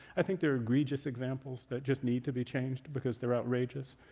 i think there are egregious examples that just need to be changed because they're outrageous.